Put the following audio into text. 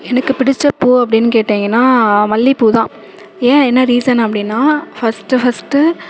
எனக்கு பிடித்த பூ அப்படின்னு கேட்டீங்கன்னா மல்லிப்பூதான் ஏன் என்ன ரீசன் அப்படின்னா ஃபஸ்ட்டு ஃபஸ்ட்டு